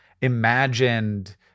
imagined